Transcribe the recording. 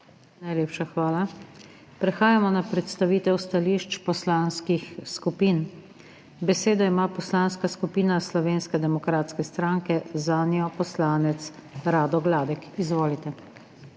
Najlepša hvala. Prehajamo na predstavitev stališč poslanskih skupin. Besedo ima Poslanska skupina Slovenske demokratske stranke, zanjo poslanec Rado Gladek. Izvolite.